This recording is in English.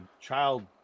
child